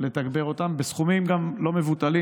לתגבר אותן, בסכומים לא מבוטלים.